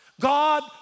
God